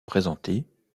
présentés